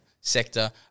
Sector